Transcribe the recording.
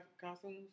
costumes